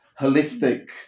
holistic